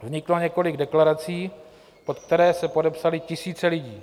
Vzniklo několik deklarací, pod které se podepsaly tisíce lidí.